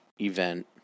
event